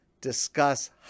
discuss